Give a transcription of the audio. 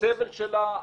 הסבל שלה,